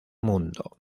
mundo